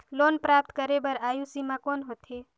Loan प्राप्त करे बर आयु सीमा कौन होथे?